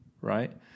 right